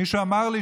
מישהו אמר לי